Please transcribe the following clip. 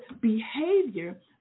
behavior